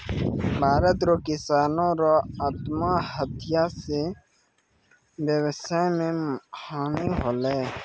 भारत रो किसानो रो आत्महत्या से वेवसाय मे हानी होलै